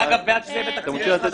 אגב, אני בעד שזה יהיה בתקציב המשרד.